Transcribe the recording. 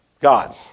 God